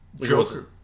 Joker